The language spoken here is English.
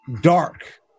dark